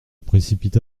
précipita